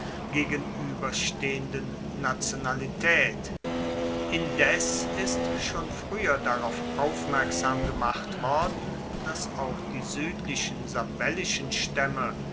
gegenueberstehenden nationalitaet indes ist schon frueher darauf aufmerksam gemacht worden dass auch die suedlichen sabellischen staemme